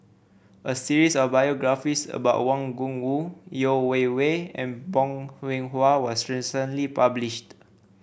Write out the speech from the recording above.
a series of biographies about Wang Gungwu Yeo Wei Wei and Bong Hiong Hwa was recently published